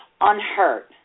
unhurt